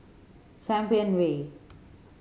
Champion Way